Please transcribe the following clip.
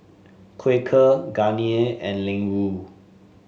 Quaker Garnier and Ling Wu